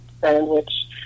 sandwich